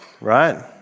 right